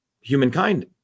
humankind